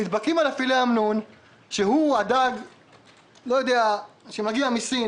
נדבקו לפילה אמנון הזה, שהוא הדג שמגיע מסין.